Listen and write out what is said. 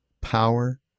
power